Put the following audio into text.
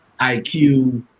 IQ